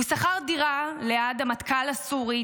הוא שכר דירה ליד המטכ"ל הסורי,